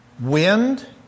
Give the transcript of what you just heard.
wind